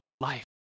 life